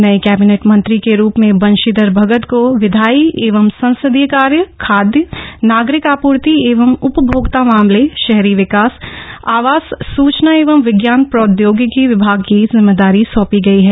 नए कैबिनेट मंत्री के रुप में बंशीधर भगत को विधायी एवं संसदीय कार्य खादय नागरिक आपूर्ति एवं उपभोक्ता मामले शहरी विकास आवास सूचना एवं विज्ञान प्रौद्योगिकी विभाग की जिम्मेदारी सौंपी गई है